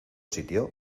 sitio